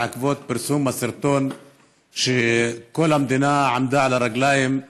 בעקבות פרסום הסרטון כל המדינה עמדה על הרגליים: